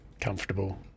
comfortable